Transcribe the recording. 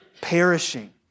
perishing